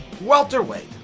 welterweight